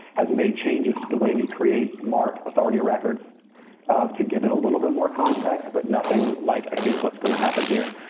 has made changes to the way we create marked authority records to give it a little bit more context but nothing like i think what is going to happen here.